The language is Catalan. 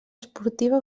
esportiva